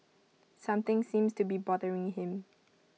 something seems to be bothering him